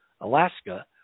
Alaska